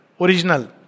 Original